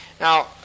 Now